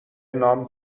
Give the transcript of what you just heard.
نام